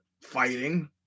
fighting